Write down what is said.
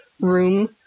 room